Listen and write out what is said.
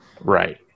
Right